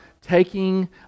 taking